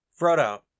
Frodo